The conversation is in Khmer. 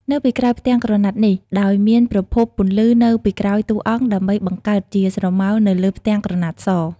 នៅពីក្រោយផ្ទាំងក្រណាត់នេះ ដោយមានប្រភពពន្លឺនៅពីក្រោយតួអង្គដើម្បីបង្កើតជាស្រមោលនៅលើផ្ទាំងក្រណាត់ស។